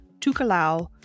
Tukalau